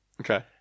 Okay